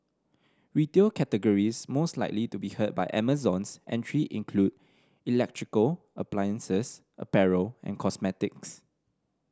retail categories most likely to be hurt by Amazon's entry include electrical appliances apparel and cosmetics